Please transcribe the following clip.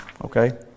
Okay